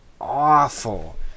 awful